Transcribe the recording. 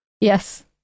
yes